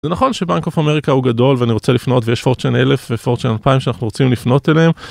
זה נכון שבנק אופ אמריקה הוא גדול ואני רוצה לפנות ויש פורצ'ן 1000 ופורצ'ן 2000 שאנחנו רוצים לפנות אליהם.